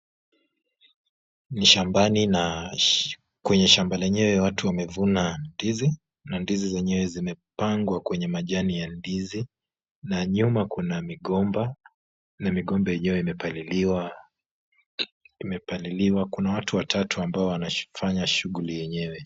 Ni shambani na kwenye shamba lenyewe watu wamevuna ndizi na ndizi zenyewe zimepangwa kwenye majani ya ndizi, na nyuma kuna migomba, na migomba yenyewe imepaliliwa. Kuna watu watatu ambao wanafanya shughuli yenyewe.